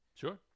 sure